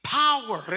power